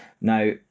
Now